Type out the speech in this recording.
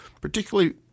particularly